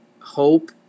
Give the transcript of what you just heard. hope